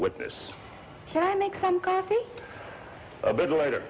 witness shall make some coffee a bit later